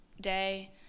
day